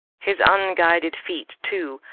his unguided feet, too,